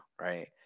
right